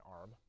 arm